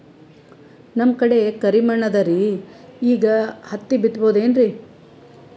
ನಮ್ ಕಡೆ ಕರಿ ಮಣ್ಣು ಅದರಿ, ಈಗ ಹತ್ತಿ ಬಿತ್ತಬಹುದು ಏನ್ರೀ?